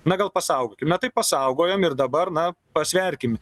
na gal pasaugokim na tai pasaugojom ir dabar na pasverkim